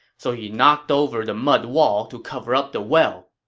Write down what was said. so he knocked over the mud wall to cover up the well.